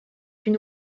une